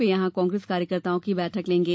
वे यहां कांग्रेस कार्यकर्ताओं की बैठक करेंगे